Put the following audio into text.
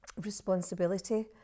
responsibility